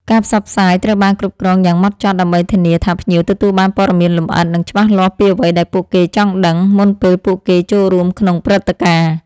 ការផ្សព្វផ្សាយត្រូវបានគ្រប់គ្រងយ៉ាងម៉ត់ចត់ ដើម្បីធានាថាភ្ញៀវទទួលបានព័ត៌មានលម្អិត និងច្បាស់លាស់ពីអ្វីដែលពួកគេចង់ដឹង មុនពេលពួកគេចូលរួមក្នុងព្រឹត្តិការណ៍។